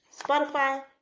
Spotify